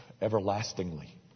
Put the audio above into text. everlastingly